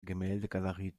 gemäldegalerie